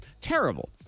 Terrible